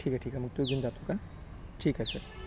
ठीक आहे ठीक आहे मग तो घेऊन जातो का ठीक आहे सर